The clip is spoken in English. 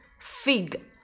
Fig